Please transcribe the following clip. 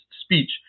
speech